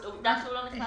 לא, עובדה שהיא לא נכנסה.